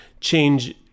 change